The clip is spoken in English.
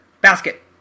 Basket